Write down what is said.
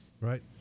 right